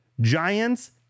Giants